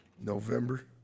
November